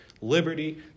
liberty